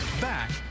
Back